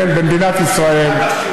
במדינת ישראל,